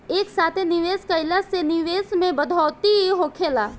एक साथे निवेश कईला से निवेश में बढ़ोतरी होखेला